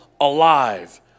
alive